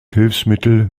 hilfsmittel